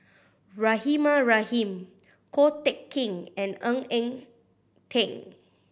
Rahimah Rahim Ko Teck Kin and Ng Eng Teng